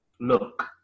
look